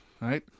right